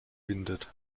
windet